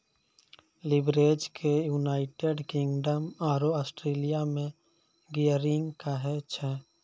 leverage के United Kingdom आरो Australia मे गियरिंग कहै छै